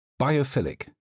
Biophilic